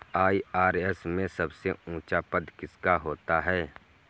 IRS में सबसे ऊंचा पद किसका होता है?